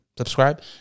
subscribe